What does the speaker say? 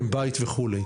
אם בית וכדומה.